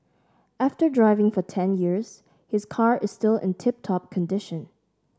after driving for ten years his car is still in tip top condition